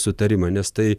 sutarimą nes tai